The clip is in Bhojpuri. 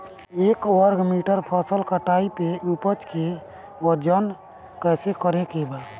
एक वर्ग मीटर फसल कटाई के उपज के वजन कैसे करे के बा?